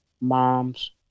mom's